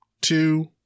two